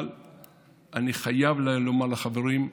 אבל אני חייב לומר לחברים: